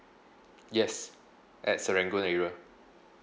yes at serangoon area